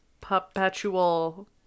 perpetual